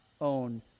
own